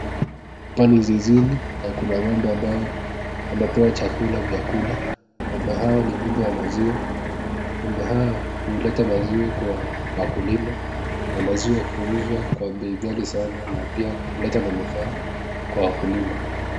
Hapa ni zizini na kuna ng'ombe ambao wamepewa chakula vya kula, ng'ombe hawa ni ng'ombe wa maziwa, ng'ombe hawa huleta maziwa kwa wakulima na maziwa huuzwa kwa bei ghali sana na pia huleta manufaa kwa wakulima.